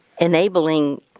enabling